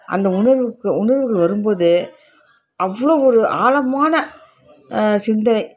அந்த உணர்வுக்கு உணர்வுகள் வரும்போது அவ்வளோ ஒரு ஆழமான சிந்தனை